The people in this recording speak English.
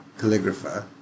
calligrapher